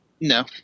No